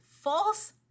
false